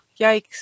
yikes